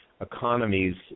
economies